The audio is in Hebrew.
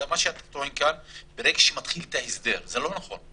מה שאתה טוען כאן זה שמתחיל הסדר וזה לא נכון.